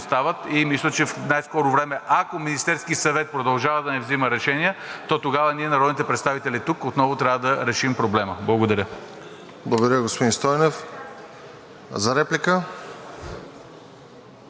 и мисля, че в най-скоро време, ако Министерският съвет продължава да не взема решения, то тогава ние, народните представители тук, отново трябва да решим проблема. Благодаря. ПРЕДСЕДАТЕЛ РОСЕН ЖЕЛЯЗКОВ: Благодаря, господин Стойнев. За реплика?